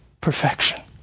perfection